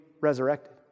resurrected